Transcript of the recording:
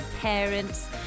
parents